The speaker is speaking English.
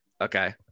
okay